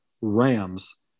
Rams